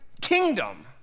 kingdom